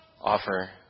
offer